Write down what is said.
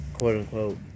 quote-unquote